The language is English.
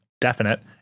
definite